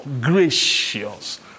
gracious